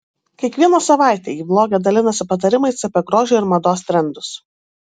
kiekvieną savaitę ji vloge dalinasi patarimais apie grožio ir mados trendus